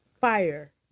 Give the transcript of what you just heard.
Fire